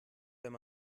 wenn